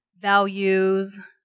values